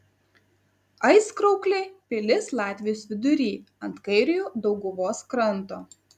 aizkrauklė pilis latvijos vidury ant kairiojo dauguvos kranto